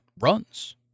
runs